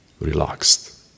relaxed